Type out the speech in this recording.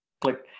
click